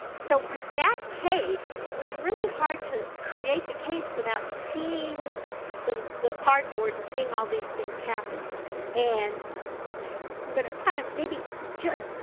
so, for that case, it was really hard to create the case without seeing the the cardboard and seeing all these things happen and i'm gonna kinda maybe judge,